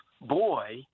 boy